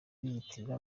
biyitirira